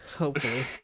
Okay